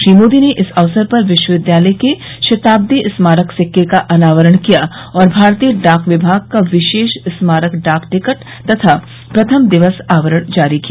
श्री मोदी ने इस अवसर पर विश्वविद्यालय के शताब्दी स्मारक सिक्के का अनावरण किया और भारतीय डाक विभाग का विशेष स्मारक डाक टिकट तथा प्रथम दिवस आवरण जारी किया